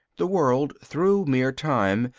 the world, through mere time,